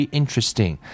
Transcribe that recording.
interesting